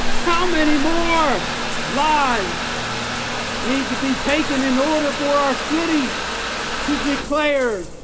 how many more lives need to be taken in order for our city to declare